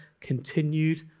continued